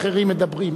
אחרים מדברים.